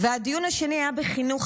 והדיון השני היה בוועדת החינוך,